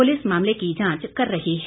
police मामले की जांच कर रही है